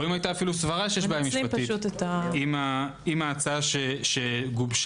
או אפילו סברה שיש בעיה משפטית עם ההצעה שגובשה,